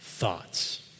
thoughts